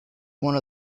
one